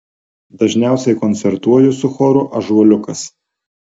dažniausiai koncertuoju su choru ąžuoliukas